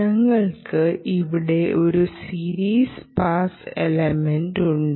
ഞങ്ങൾക്ക് ഇവിടെ ഒരു സീരീസ് പാസ് ഇലമൻ്റ് ഉണ്ട്